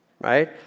Right